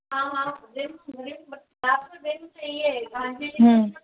हाँ हाँ